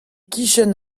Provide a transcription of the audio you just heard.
kichen